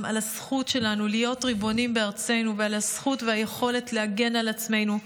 על הזכות שלנו להיות ריבונים בארצנו ועל הזכות והיכולת להגן על עצמנו.